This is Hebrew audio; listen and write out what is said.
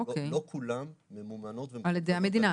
לא כולן ממומנות על ידי המדינה.